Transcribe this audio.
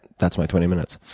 that's my twenty minutes.